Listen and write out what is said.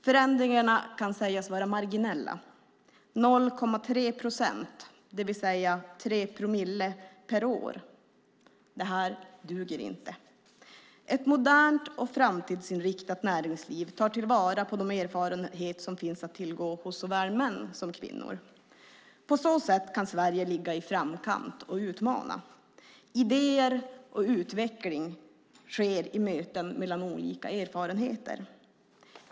Förändringarna kan sägas vara marginella, 0,3 procent, det vill säga 3 promille per år. Det duger inte. Ett modernt och framtidsinriktat näringsliv tar till vara de erfarenheter som finns att tillgå hos såväl män som kvinnor. På så sätt kan Sverige ligga i framkant och utmana. Idéer kommer fram och utveckling sker i möten mellan olika erfarenheter.